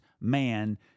man